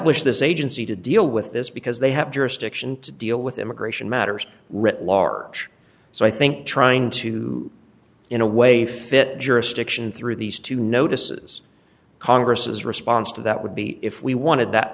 wish this agency to deal with this because they have jurisdiction to deal with immigration matters writ large so i think trying to in a way fit jurisdiction through these two notices congress is response to that would be if we wanted that